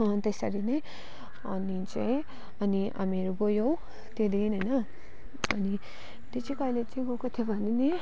त्यसरी नै अनि चाहिँ अनि हामीहरू गयो त्यो दिन होइन अनि त्यो चाहिँ कहिले चाहिँ गएको थियो भने नि